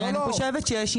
תראה, אני חושבת שיש עניין.